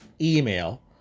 Email